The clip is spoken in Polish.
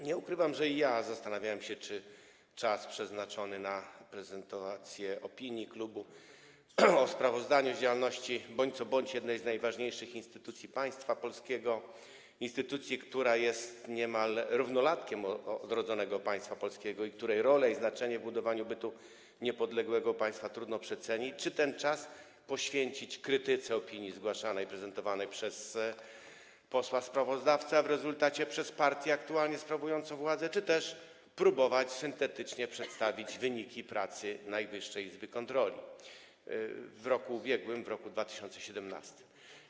Nie ukrywam, że i ja zastanawiałem się, czy czas przeznaczony na prezentację opinii klubu o sprawozdaniu z działalności bądź co bądź jednej z najważniejszych instytucji państwa polskiego, instytucji, która jest niemal równolatką odrodzonego państwa polskiego i której rolę i znaczenie w budowaniu bytu niepodległego państwa trudno przecenić, poświęcić krytyce opinii prezentowanej przez posła sprawozdawcę, a w rezultacie - przez partię aktualnie sprawującą władzę, czy też próbować syntetycznie przedstawić wyniki pracy Najwyższej Izby Kontroli w roku ubiegłym, w roku 2017.